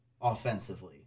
offensively